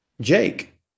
Jake